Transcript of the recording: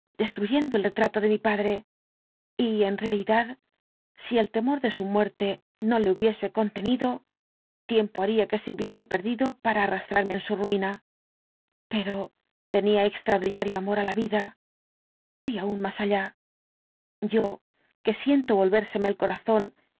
destruyendo el retrato de mi padre y en realidad si el temor de su muerte no le hubiese contenido tiempo haría que se hubiese perdido para arrastrarme en su ruina pero tenía extraordinario amor á la vida voy aun más allá yo que siento revolvérseme el corazón